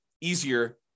easier